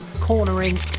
cornering